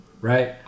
Right